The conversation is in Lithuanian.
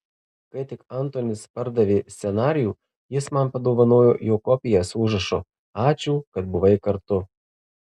kai tik antonis pardavė scenarijų jis man padovanojo jo kopiją su užrašu ačiū kad buvai kartu